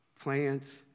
plants